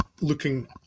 looking